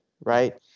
right